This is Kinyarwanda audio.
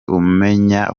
umenya